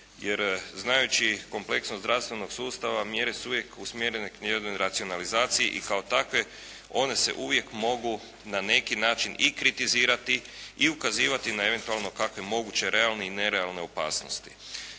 Jer znajući kompleksnost zdravstvenog sustava mjere su uvijek usmjerene ka mjeri racionalizaciji i kao takve one se uvijek mogu na neki način i kritizirati i ukazivati na eventualno kakve moguće realne i nerealne opasnosti.